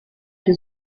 più